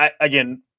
again